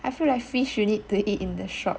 I feel like fish you need to eat in the shop